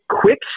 quick